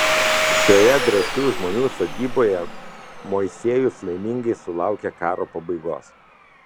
šioje drąsių žmonių sodyboje moisiejus laimingai sulaukė karo pabaigos